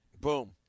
Boom